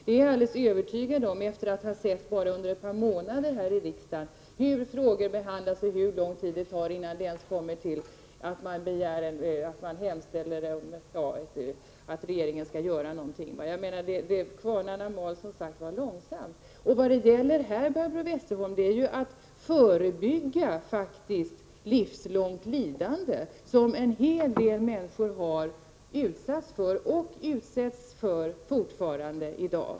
Det är jag övertygad om efter att under ett par månader här i riksdagen ha sett hur frågor behandlas och hur lång tid det tar innan man ens hemställer om att regeringen skall göra någonting. Kvarnarna mal långsamt. Vad det här gäller, Barbro Westerholm, är att förebygga livslångt lidande, som en hel del människor har utsatts för och i dag fortfarande utsätts för.